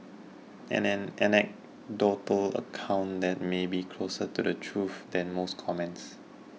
and an anecdotal account that may be closer to the truth than most comments